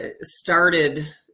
started